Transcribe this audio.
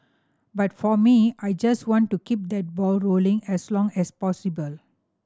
but for me I just want to keep that ball rolling as long as possible